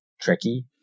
tricky